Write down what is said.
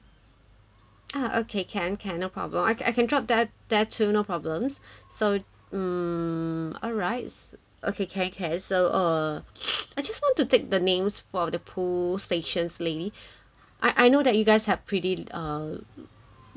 ah okay can can no problem I I can drop that that too no problems so um alright okay okay okay so uh I just want to take the names for the pool stations lady I I know that you guys have pretty uh lot of people at